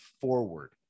forward